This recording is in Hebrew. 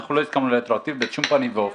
אנחנו לא הסכמנו לרטרואקטיבית בשום פנים ואופן.